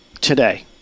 today